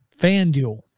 FanDuel